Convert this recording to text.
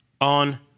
on